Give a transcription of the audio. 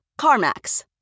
CarMax